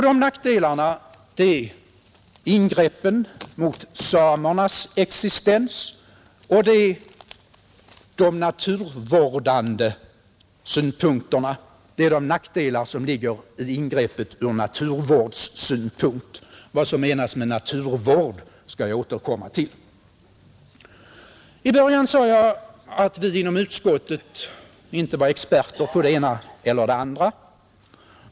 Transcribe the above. De nackdelarna är ingreppen i samernas existens och de skador ur naturvårdssynpunkt som ligger i intrånget. Vad som menas med naturvård skall jag återkomma till. I början av mitt anförande sade jag att vi inom utskottet inte var experter på det ena eller det andra.